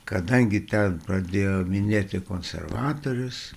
kadangi ten pradėjo minėti konservatorius